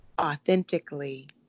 authentically